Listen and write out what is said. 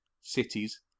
cities